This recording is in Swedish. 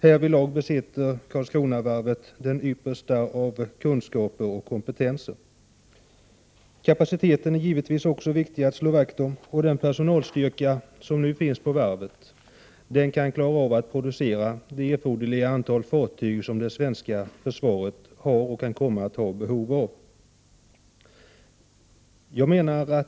Därvidlag besitter Karlskronavarvet den yppersta kunskap och kompetens. Det är givetvis också viktigt att slå vakt om kapaciteten. Den personalstyrka som nu finns på varvet kan klara av att producera det erforderliga antal fartyg som det svenska försvaret har behov av och kan komma att ha behov av.